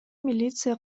милиция